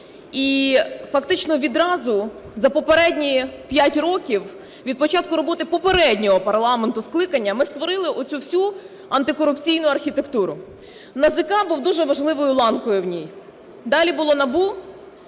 і фактично відразу за попередні 5 років від початку роботи попереднього парламенту скликання ми створили оцю всю антикорупційну архітектуру. НАЗК був дуже важливою ланкою в ній. Далі було НАБУ,